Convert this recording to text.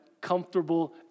comfortable